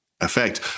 effect